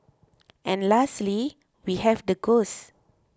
and lastly we have the ghosts